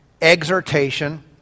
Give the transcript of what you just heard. exhortation